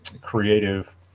creative